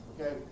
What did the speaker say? Okay